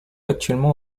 actuellement